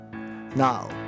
now